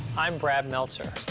i'm brad meltzer.